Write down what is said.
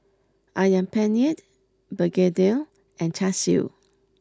Ayam Penyet Begedil and Char Siu